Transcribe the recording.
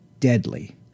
deadly